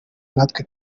natwe